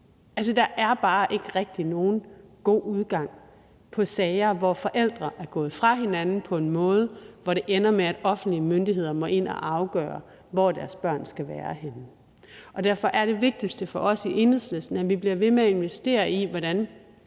Der er bare ikke rigtig nogen god udgang på sager, hvor forældre er gået fra hinanden på en måde, der ender med, at offentlige myndigheder må ind og afgøre, hvor deres børn skal være henne. Derfor er det vigtigste for os i Enhedslisten, at vi bliver ved med at investere i, hvordan